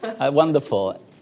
Wonderful